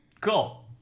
Cool